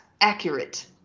accurate